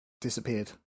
disappeared